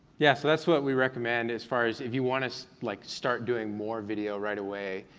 yeah, so that's what we recommend, as far as, if you wanna so like start doing more video right away,